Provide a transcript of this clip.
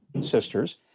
sisters